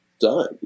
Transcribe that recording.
done